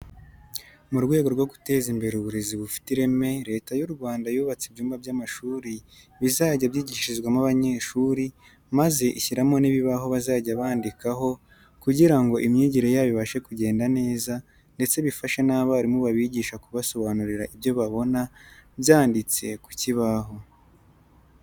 Mu rwego rwo guteza imbere uburezi bufite ireme Leta y'u Rwanda yubatse ibyumba by'amashuri bizajya byigishirizwamo abanyeshuri, maze ishyiramo n'ibibaho bazajya bandikaho kugira ngo imyigire yabo ibashe kugenda neza ndetse bifashe n'abarimu babigisha kubasobanurira ibyo babona byanditse ku kibaho.